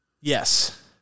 yes